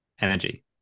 energy